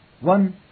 One